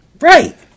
Right